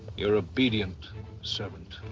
your obedient servant.